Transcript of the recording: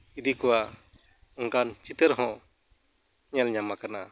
ᱤᱫᱤ ᱠᱚᱣᱟ ᱚᱱᱠᱟᱱ ᱪᱤᱛᱟᱹᱨ ᱦᱚᱸ ᱧᱮᱞ ᱧᱟᱢ ᱟᱠᱟᱱᱟ